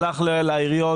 הלך לעיריות,